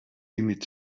límit